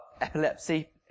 epilepsy